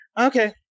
Okay